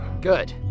Good